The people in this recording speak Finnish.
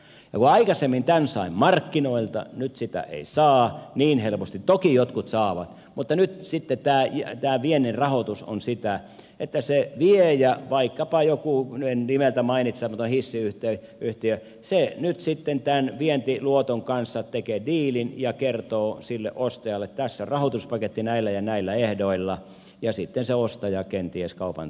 ja kun aikaisemmin tämän sai markkinoilta nyt sitä ei saa niin helposti toki jotkut saavat ja nyt sitten tämä viennin rahoitus on sitä että se viejä vaikkapa joku nimeltä mainitsematon hissiyhtiö nyt sitten tämän vientiluoton kanssa tekee diilin ja kertoo sille ostajalle että tässä rahoituspaketti näillä ja näillä ehdoilla ja sitten se ostaja kenties kaupan tekee